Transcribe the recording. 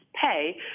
pay